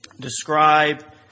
describe